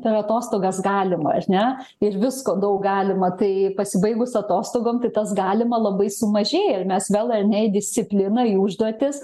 per atostogas galima ar ne ir visko daug galima tai pasibaigus atostogom tai tas galima labai sumažėja ir mes vėl ar ne į disciplina jų užduotis